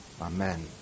Amen